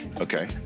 Okay